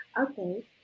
Okay